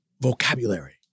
vocabulary